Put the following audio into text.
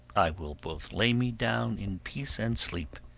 i will both lay me down in peace and sleep,